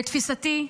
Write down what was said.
לתפיסתי,